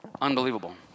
Unbelievable